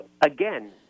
again